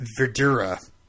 Verdura